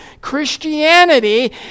Christianity